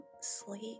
sleep